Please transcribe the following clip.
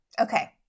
okay